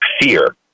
fear